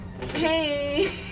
Hey